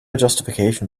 justification